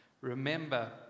Remember